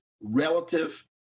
relative